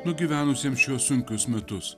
nugyvenusiems šiuos sunkius metus